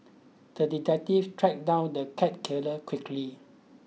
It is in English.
the detective tracked down the cat killer quickly